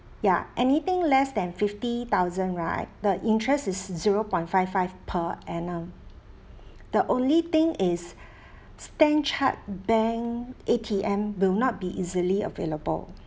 ya anything less than fifty thousand right the interest is zero point five five per annum the only thing is stanchart bank A_T_M will not be easily available